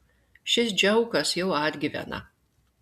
šis džiaukas jau atgyvena